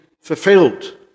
fulfilled